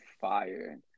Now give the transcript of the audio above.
fire